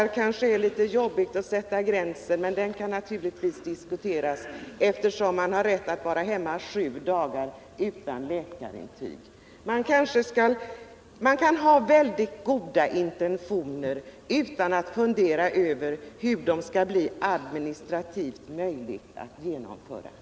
Det kanske är litet jobbigt att sätta gränsen vid sex dagar, och den kan naturligtvis diskuteras, eftersom man har rätt att vara hemma sju dagar utan läkarintyg. Man kan ha väldigt goda intentioner utan att fundera över hur det skall bli administrativt möjligt att genomföra dem.